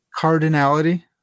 Cardinality